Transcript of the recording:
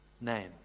name